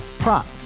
Prop